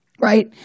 Right